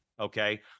Okay